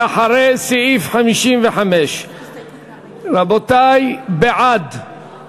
לאחרי סעיף 55. בעד,